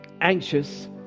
anxious